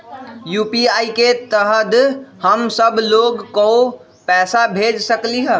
UPI के तहद हम सब लोग को पैसा भेज सकली ह?